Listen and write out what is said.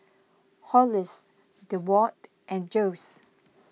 Hollis Deward and Jose